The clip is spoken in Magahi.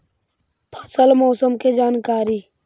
फसल मौसम के जानकारी?